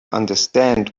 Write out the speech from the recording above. understand